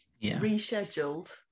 rescheduled